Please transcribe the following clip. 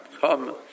come